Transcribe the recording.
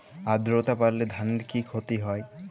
আদ্রর্তা বাড়লে ধানের কি ক্ষতি হয়?